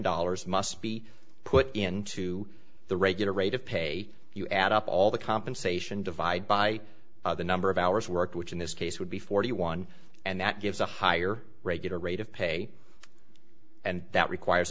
dollars must be put into the regular rate of pay if you add up all the compensation divide by the number of hours worked which in this case would be forty one and that gives a higher regular rate of pay and that requires